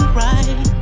right